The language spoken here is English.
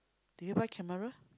do you buy camera